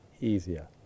easier